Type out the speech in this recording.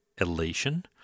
elation